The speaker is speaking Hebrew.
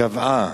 קבעה